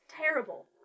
terrible